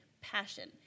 passion